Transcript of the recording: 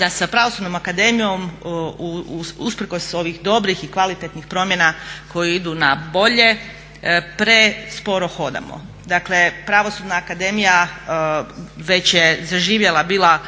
se sa Pravosudnom akademijom usprkos ovih dobrih i kvalitetnih promjena koje idu na bolje presporo hodamo. Dakle Pravosudna akademija već je zaživjela, bila